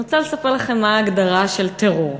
אני רוצה לספר לכם מה ההגדרה של טרור.